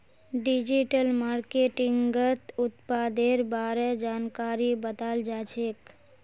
digital मार्केटिंगत उत्पादेर बारे जानकारी बताल जाछेक